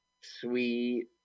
Sweet